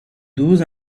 douze